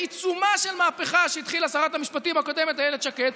בעיצומה של מהפכה שהתחילה שרת המשפטים הקודמת איילת שקד,